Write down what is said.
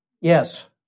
Yes